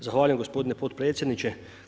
Zahvaljujem gospodine potpredsjedniče.